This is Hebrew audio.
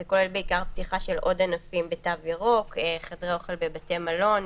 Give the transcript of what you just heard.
זה כולל בעיקר פתיחה של עוד ענפים בתו ירוק: חדרי אוכל בבתי מלון,